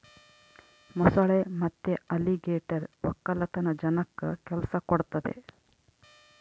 ಮೊಸಳೆ ಮತ್ತೆ ಅಲಿಗೇಟರ್ ವಕ್ಕಲತನ ಜನಕ್ಕ ಕೆಲ್ಸ ಕೊಡ್ತದೆ